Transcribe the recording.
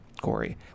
Corey